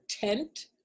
tent